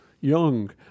young